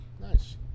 Nice